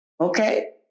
Okay